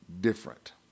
different